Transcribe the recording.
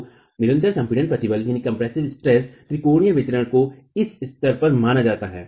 तो निरंतर संपीडन प्रतिबल त्रिकोनिये वितरण को इस स्तर पर माना जाता है